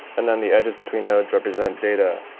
and then the edges between nodes represent data.